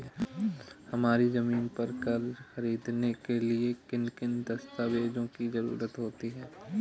हमारी ज़मीन पर कर्ज ख़रीदने के लिए किन किन दस्तावेजों की जरूरत होती है?